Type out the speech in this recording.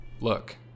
Look